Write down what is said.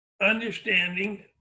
understanding